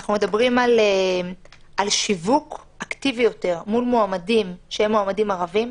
אנחנו מדברים על שיווק אקטיבי יותר מול מועמדים שהם מועמדים ערבים,